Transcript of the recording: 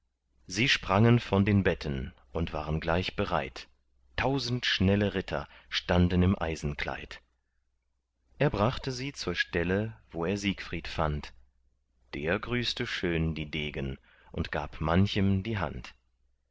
sie sprangen von den betten und waren gleich bereit tausend schnelle ritter standen im eisenkleid er brachte sie zur stelle wo er siegfried fand der grüßte schön die degen und gab manchem die hand